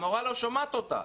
המורה לא שומעת אותה.